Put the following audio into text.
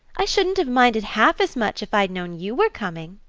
i shouldn't have minded half as much if i'd known you were coming.